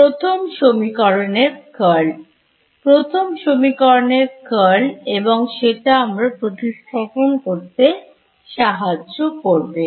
ছাত্র প্রথম সমীকরণের Curl প্রথম সমীকরণের Curl এবং সেটা আমাদের প্রতিস্থাপন করতে সাহায্য করবে